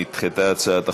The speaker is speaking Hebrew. נדחתה הצעת החוק.